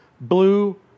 blue